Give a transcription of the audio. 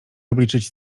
obliczyć